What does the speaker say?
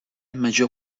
major